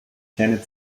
keine